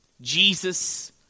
Jesus